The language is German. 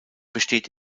besteht